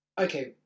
Okay